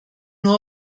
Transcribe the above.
nur